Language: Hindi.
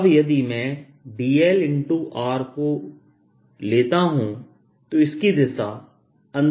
अब यदि मैं dlr को लेता हूं तो इसकी दिशा अंदर की तरफ होगी